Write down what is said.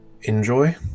Enjoy